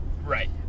Right